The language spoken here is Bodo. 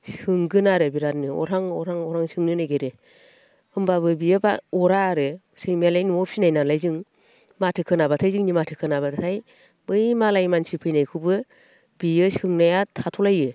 सोंगोन आरो बिरादनो अरहां अरहां अरहां सोंनो नागिरो होमब्लाबो बियो अरा आरो सैमायालाय न' फिनाय नालाय जों माथो खोनाब्लाथाय जोंनि माथो खोनाब्लाथाय बै मालाय मानसि फैनायखौबो बियो सोंनाया थाथ'लायो